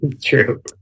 True